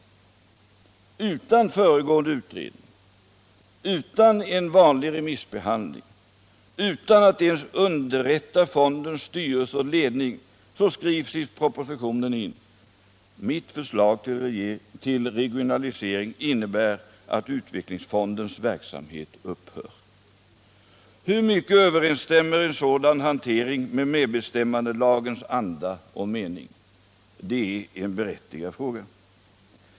Utan föregående utredning, utan en vanlig remissbehandling, utan att ens underrätta fondens styrelse och ledning skriver han i propositionen in: ”Mitt förslag till regionalisering innebär att utvecklingsfondens verksamhet upphör.” Hur mycket överensstämmer en sådan hantering med medbestämmandelagens anda och mening? Det är en berättigad fråga.